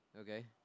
Okay